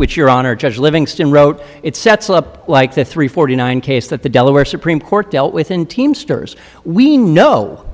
which your honor judge livingston wrote it sets up like the three forty nine case that the delaware supreme court dealt with in teamsters we know